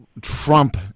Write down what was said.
Trump